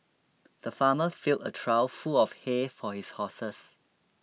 the farmer filled a trough full of hay for his horses